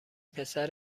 پسر